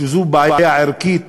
שזו בעיה ערכית,